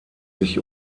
sich